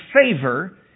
favor